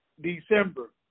December